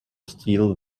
steel